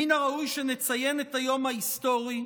מן הראוי שנציין את היום ההיסטורי,